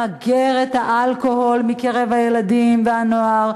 למגר את האלכוהול מקרב הילדים והנוער.